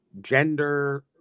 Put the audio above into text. gender